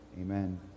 amen